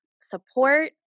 support